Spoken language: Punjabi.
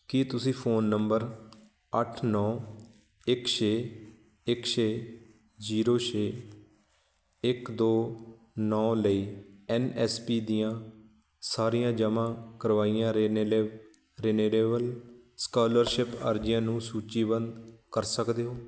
ਕੀ ਤੁਸੀਂ ਫ਼ੋਨ ਨੰਬਰ ਅੱਠ ਨੌ ਇੱਕ ਛੇ ਇੱਕ ਛੇ ਜ਼ੀਰੋ ਛੇ ਇੱਕ ਦੋ ਨੌ ਲਈ ਐੱਨ ਐੱਸ ਪੀ ਦੀਆਂ ਸਾਰੀਆਂ ਜਮ੍ਹਾਂ ਕਰਵਾਈਆਂ ਰਿਨੇਲਿਵ ਰਿਨਿਰੇਵਲ ਸਕਾਲਰਸ਼ਿਪ ਅਰਜ਼ੀਆਂ ਨੂੰ ਸੂਚੀਬੱਧ ਕਰ ਸਕਦੇ ਹੋ